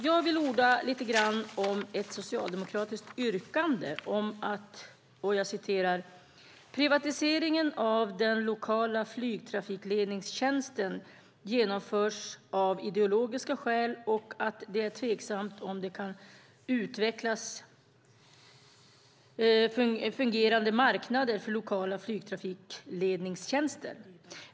Jag vill orda lite grann om ett socialdemokratiskt uttalande, nämligen att privatiseringen av den lokala flygtrafikledningstjänsten "genomförs av ideologiska skäl" och att det är "tveksamt om det kan utvecklas fungerande marknader för lokala flygtrafikledningstjänster".